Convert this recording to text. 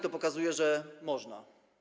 To pokazuje, że można.